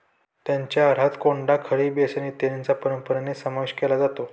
त्यांच्या आहारात कोंडा, खली, बेसन इत्यादींचा परंपरेने समावेश केला जातो